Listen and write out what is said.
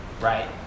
right